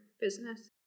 business